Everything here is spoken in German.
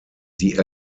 die